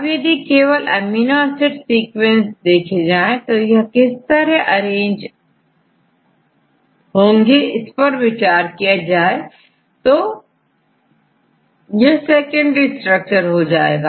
अब यदि केवल अमीनो एसिड सीक्वेंस देखे जाएं और यह किस तरह से विन्यास होगा इस पर विचार किया जाए तो यह सेकेंडरी स्ट्रक्चर होगा